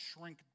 shrink